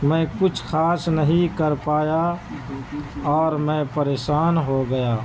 میں کچھ خاص نہیں کر پایا اور میں پریشان ہو گیا